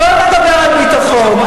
בוא נדבר על ביטחון.